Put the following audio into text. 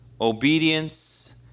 obedience